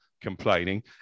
complaining